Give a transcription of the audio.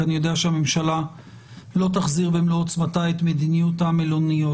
כי אני יודע שהממשלה לא תחזיר במלוא עוצמתה את מדיניות המלוניות.